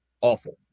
awful